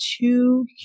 two